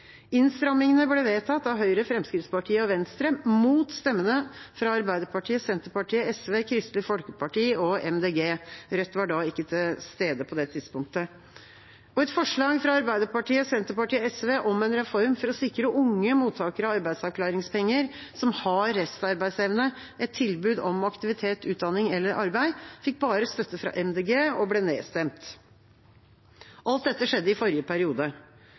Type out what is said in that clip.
Innstrammingene ble vedtatt av Høyre, Fremskrittspartiet og Venstre, mot stemmene fra Arbeiderpartiet, Senterpartiet, SV, Kristelig Folkeparti og Miljøpartiet De Grønne. Rødt var ikke til stede på det tidspunktet. Et forslag fra Arbeiderpartiet, Senterpartiet og SV om en reform for å sikre unge mottakere av arbeidsavklaringspenger som har restarbeidsevne, et tilbud om aktivitet, utdanning eller arbeid, fikk bare støtte fra Miljøpartiet De Grønne og ble nedstemt. Alt dette skjedde i forrige periode.